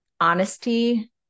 honesty